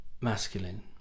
masculine